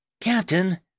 Captain